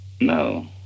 No